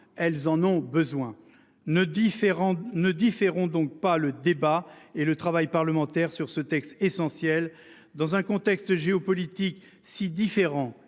elles en ont besoin ne différent ne différons donc pas le débat et le travail parlementaire sur ce texte essentiel dans un contexte géopolitique si différents